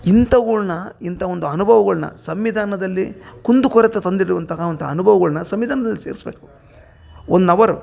ಇಂಥವುಗುಳ್ನ ಇಂಥ ಒಂದು ಅನುಭವಗಳ್ನ ಸಂವಿಧಾನದಲ್ಲಿ ಕುಂದು ಕೊರತೆ ತಂದಿಡುವಂತಹವಂಥ ಅನುಭವಗುಳ್ನ ಸಂವಿಧಾನದಲ್ಲಿ ಸೇರ್ಸ್ಬೇಕು ಒನ್ ಅವರ್